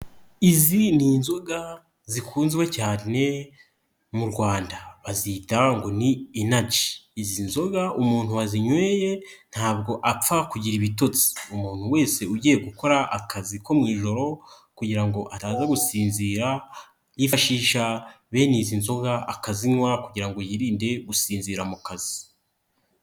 Izi ni inzoga zikunzwe cyane mu Rwanda bazita ngo ni inaji, izi nzoga umuntu wazinyweye ntabwo apfa kugira ibitotsi, umuntu wese ugiye gukora akazi ko mu ijoro kugira ngo ataza gusinzira yifashisha bene izi nzoga akazinywa kugira ngo yirinde gusinzira mu kazi.